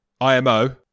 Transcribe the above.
IMO